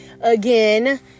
again